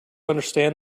understand